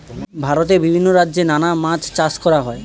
ভারতে বিভিন্ন রাজ্যে নানা মাছ চাষ করা হয়